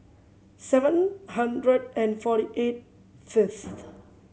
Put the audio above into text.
seven hundred and forty eight first